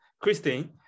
christine